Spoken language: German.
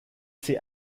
sie